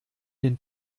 den